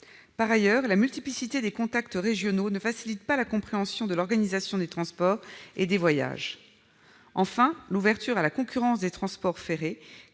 Par ailleurs, la multiplicité des contacts régionaux ne facilite pas la compréhension de l'organisation des transports et des voyages. Enfin, l'ouverture à la concurrence des transports ferrés,